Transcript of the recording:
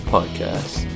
Podcast